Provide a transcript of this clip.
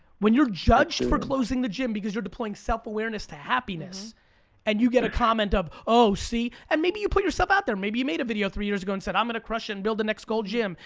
when you're judged for closing the gym, because you're deploying self awareness to happiness and you get a comment of, oh, see. and maybe you put yourself out there, maybe you made a video three years ago and said i'm gonna crush it and build the next gold gym,